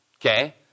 Okay